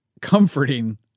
comforting